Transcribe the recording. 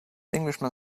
englishman